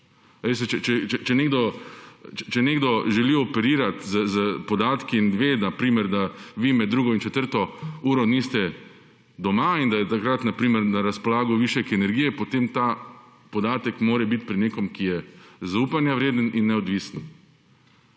če nekdo želi operirati s podatki in ve, na primer, da vi med drugo in četrto uro niste doma in da je takrat na razpolago višek energije, potem ta podatek mora biti pri nekom, ki je zaupanja vreden in neodvisen.